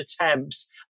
attempts